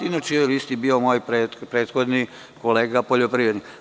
Inače, na listi je bio moj prethodni kolega poljoprivrednik.